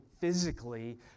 physically